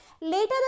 Later